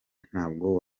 ntabwo